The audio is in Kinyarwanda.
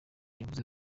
yavuze